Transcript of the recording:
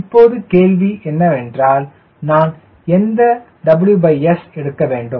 இப்போது கேள்வி என்னவென்றால் நான் எந்த WS எடுக்க வேண்டும்